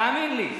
תאמין לי,